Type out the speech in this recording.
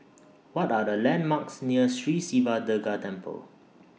What Are The landmarks near Sri Siva Durga Temple